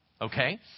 Okay